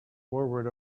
forward